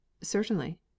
Certainly